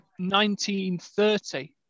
1930